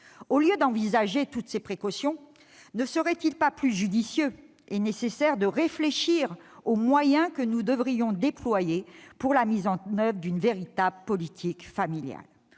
Au lieu de multiplier les précautions, ne serait-il pas plus judicieux de réfléchir aux moyens que nous devrions déployer pour la mise en oeuvre d'une véritable politique familiale ?